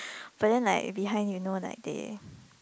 but then like behind you know like they